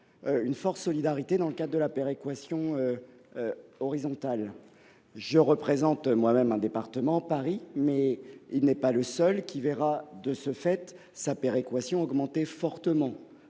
d’une forte solidarité dans le cadre de la péréquation horizontale. Je représente moi même un département – Paris, mais ce n’est pas le seul – qui verra sa péréquation augmenter fortement,